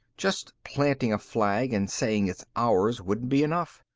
just planting a flag and saying it's ours wouldn't be enough.